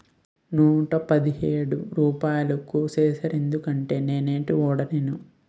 నూట పదిహేడు రూపాయలు కోసీసేరెందుకండి నేనేటీ వోడనేదే